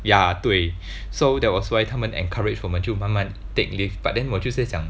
ya 对 so that was why 他们 encourage 我们就慢慢 take leave but then 我就是在讲